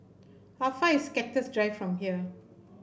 how far is Cactus Drive from here